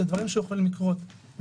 אלו דברים שיכולים לקרות.